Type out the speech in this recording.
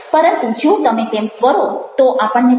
પરંતુ જો તમે તેમ કરો તો આપણને તેનાથી ઘણો લાભ થાય છે